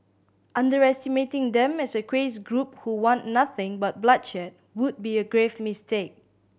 underestimating them as a crazed group who want nothing but bloodshed would be a grave mistake